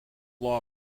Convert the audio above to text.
law